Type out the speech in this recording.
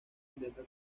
intenta